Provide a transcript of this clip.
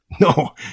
No